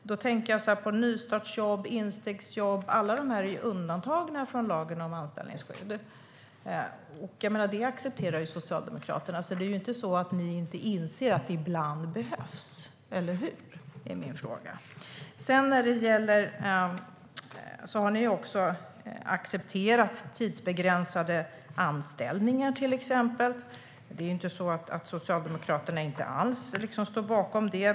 Men nystartsjobb, instegsjobb och så vidare är ju undantagna från lagen om anställningsskydd. Det accepterar Socialdemokraterna, så ni inser ju att det behövs ibland, eller hur? Socialdemokraterna har accepterat tidsbegränsade anställningar och står bakom det.